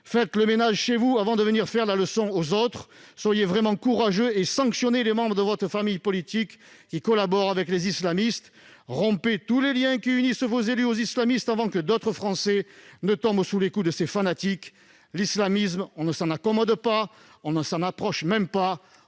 Nettoyez devant votre porte avant de venir faire la leçon aux autres ! Montrez-vous courageux et sanctionnez ceux qui parmi vous collaborent avec les islamistes ! Rompez tous les liens qui unissent vos élus aux islamistes avant que d'autres Français ne tombent sous les coups de ces fanatiques ! L'islamisme, on ne s'en accommode pas, on ne s'en approche même pas,